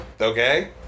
Okay